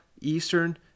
Eastern